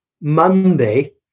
Monday